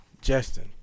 Justin